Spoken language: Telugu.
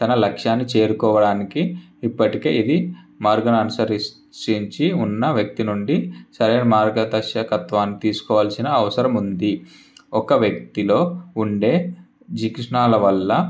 తన లక్ష్యాన్ని చేరుకోవడానికి ఇప్పటికే ఇది మార్గాన్ని అనుసరించి ఉన్న వ్యక్తి నుండి సరైన మార్గదర్శకత్వాన్ని తీసుకోవాల్సిన అవసరం ఉంది ఒక వ్యక్తిలో ఉండే జిక్షణాలవల్ల